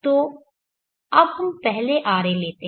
तो अब हम पहले ra लेते हैं